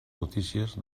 notícies